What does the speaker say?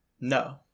No